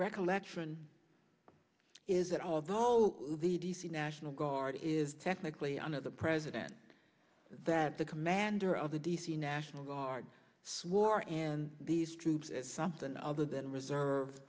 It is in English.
recollection is that although the d c national guard is technically under the president that the commander of the d c national guard swore and these troops as something other than reserve